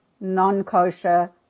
non-kosher